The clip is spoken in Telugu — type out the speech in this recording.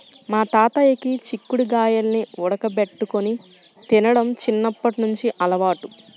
మా తాతయ్యకి చిక్కుడు గాయాల్ని ఉడకబెట్టుకొని తినడం చిన్నప్పట్నుంచి అలవాటు